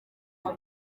gusa